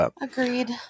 Agreed